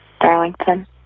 Darlington